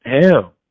hell